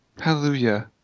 Hallelujah